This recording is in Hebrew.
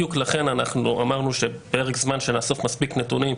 בדיוק לכן אנחנו אמרנו שפרק זמן שנאסוף מספיק נתונים,